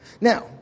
Now